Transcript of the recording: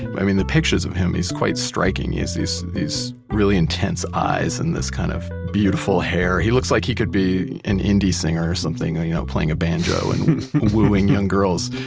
i mean the pictures of him, he's quite striking. he has these these really intense eyes and this kind of beautiful hair. he looks like he could be an indie singer or something, or you know, playing a banjo and wooing young girls.